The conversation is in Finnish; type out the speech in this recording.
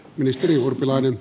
arvoisa puhemies